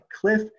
Cliff